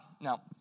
Now